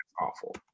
awful